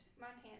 Montana